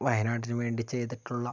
വയനാടിന് വേണ്ടി ചെയ്തിട്ടുള്ള